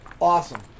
Awesome